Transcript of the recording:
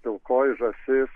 pilkoji žąsis